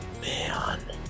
man